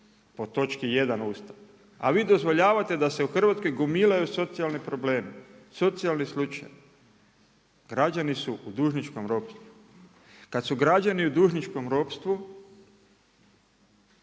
po točki 1 Ustava. A vi dozvoljavate da se u Hrvatskoj gomilaju socijalni problemi, socijalni slučajevi. Građani su u dužničkom ropstvu. Kada su građani u dužničkom ropstvu,